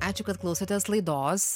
ačiū kad klausotės laidos